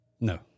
No